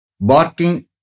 barking